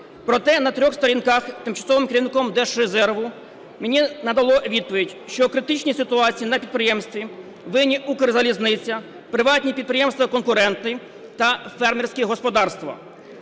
Проте на трьох сторінках тимчасовим керівником Держрезерву мені надано відповідь, що у критичній ситуації на підприємстві винні Укрзалізниця, приватні підприємства-конкуренти та фермерські господарства.